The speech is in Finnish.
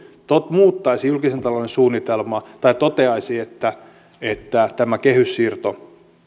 muuttaisi julkisen talouden suunnitelmaa tai toteaisi että että tämä kehyssiirto